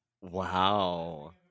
Wow